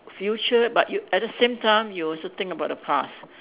future but you at the same time you also think about the past